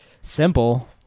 simple